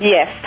Yes